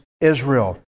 Israel